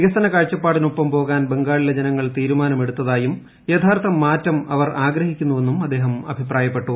വികസന കാഴ്ചപ്പാടിനൊപ്പം പോകാൻ ബംഗാളിലെ ജനങ്ങൾ തീരുമാനമെടുത്തായും മാറ്റം അവർ ആഗ്രഹിക്കുന്നുവെന്നും അദ്ദേഹം അഭിപ്രായപ്പെട്ടു